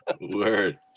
Word